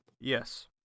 Yes